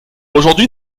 aujourd’hui